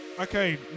Okay